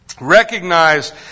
recognize